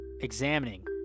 examining